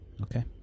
okay